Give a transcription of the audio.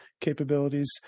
capabilities